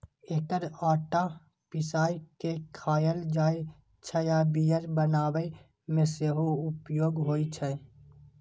एकर आटा पिसाय के खायल जाइ छै आ बियर बनाबै मे सेहो उपयोग होइ छै